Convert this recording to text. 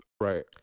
Right